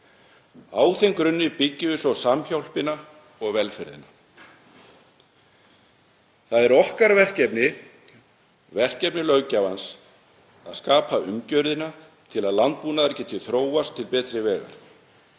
Á þeim grunni byggjum við svo samhjálpina og velferðina. Það er okkar verkefni, löggjafans, að skapa umgjörðina til að landbúnaðurinn geti þróast til betri vegar.